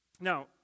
Now